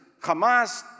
Hamas